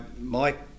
Mike